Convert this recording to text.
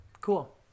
Cool